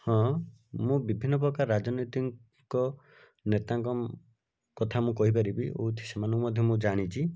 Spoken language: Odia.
ହଁ ମୁଁ ବିଭିନ୍ନ ପ୍ରକାର ରାଜନୀତିକ ନେତାଙ୍କ କଥା ମୁଁ କହିପାରିବି ୱିଥ୍ ସେମାନଙ୍କୁ ମଧ୍ୟ ମୁଁ ଜାଣିଛି